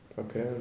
Okay